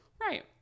Right